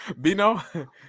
Bino